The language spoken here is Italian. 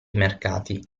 mercati